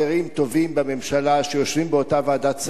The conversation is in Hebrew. חברים טובים בממשלה שיושבים באותה ועדת שרים.